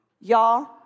y'all